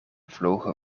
vlogen